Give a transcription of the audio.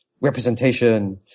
representation